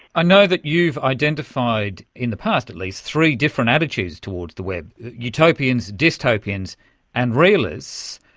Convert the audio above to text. i know that you've identified in the past at least three different attitudes towards the web utopians, dystopians and realists.